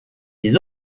les